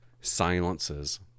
silences